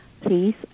please